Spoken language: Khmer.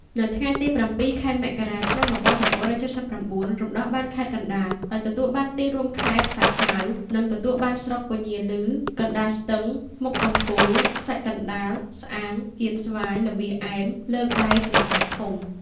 នៅថ្ងៃទី ០៧ ខែមករា ឆ្នាំ ១៩៧៩ រំដោះបានខេត្តកណ្តាល ដោយទទួលបានទីរួមខេត្ត តាខ្មៅ និងទទួលបានស្រុក ពញាឮ កណ្តាលស្ទឹង មុខកំពូល ខ្សាច់កណ្តាល ស្អាង កៀនស្វាយ ល្វាឯម លើកដែក និងកោះធំ។